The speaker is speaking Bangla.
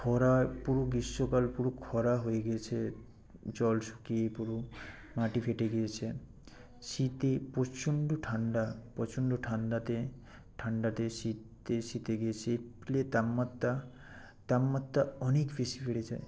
খরার পুরো গ্রীষ্মকাল পুরো খরা হয়ে গেছে জল শুকিয়ে পুরো মাটি ফেটে গিয়েছে শীতে প্রচণ্ড ঠাণ্ডা প্রচণ্ড ঠাণ্ডাতে ঠাণ্ডাতে শীতে শীতে গেছি এপ্রিলের তাপমাত্রা তাপমাত্রা অনেক বেশি বেড়ে যায়